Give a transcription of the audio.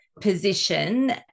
position